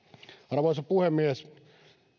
arvoisa puhemies